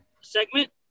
segment